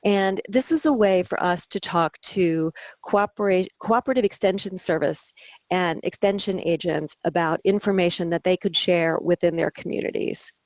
and this was a way for us to talk to cooperative cooperative extension service and extension agents about information that they could share within their communities.